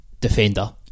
defender